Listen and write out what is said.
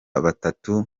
batatu